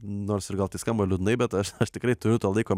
nors ir gal tai skamba liūdnai bet aš aš tikrai turiu to laiko